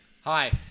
Hi